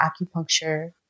acupuncture